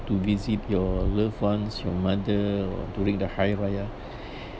to visit your loved ones your mother or during the hari raya